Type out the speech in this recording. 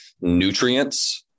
nutrients